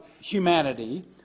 humanity